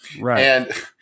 Right